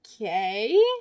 okay